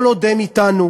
כל עוד הם אתנו,